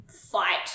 fight